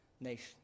nation